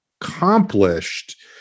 accomplished